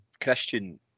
Christian